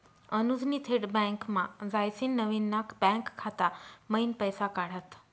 अनुजनी थेट बँकमा जायसीन नवीन ना बँक खाता मयीन पैसा काढात